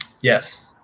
Yes